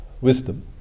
wisdom